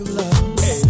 love